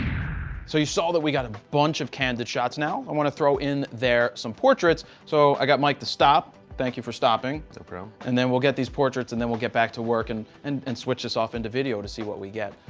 so, you saw that we got a bunch of candid shots. now i want to throw in there some portraits. so, i got mike to stop. thank you for stopping um and then we'll get these portraits and then we'll get back to work and and and switch this off into video to see what we get.